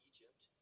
Egypt